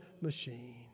machine